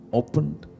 opened